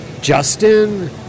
Justin